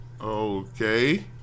okay